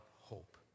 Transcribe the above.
hope